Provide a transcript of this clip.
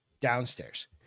downstairs